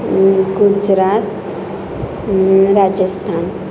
Gujarat Rajasthan